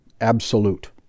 absolute